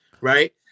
right